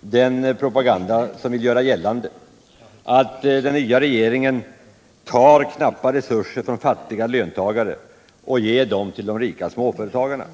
den propaganda som vill göra gällande att den nya regeringen tar knappa resurser från fattiga löntagare och ger dem till rika småföretagare.